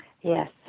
Yes